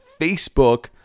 Facebook